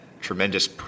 tremendous